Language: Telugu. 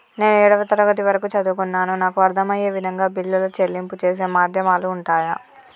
నేను ఏడవ తరగతి వరకు చదువుకున్నాను నాకు అర్దం అయ్యే విధంగా బిల్లుల చెల్లింపు చేసే మాధ్యమాలు ఉంటయా?